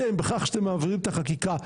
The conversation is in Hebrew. אתם בכך שאתם מעבירים את החקיקה,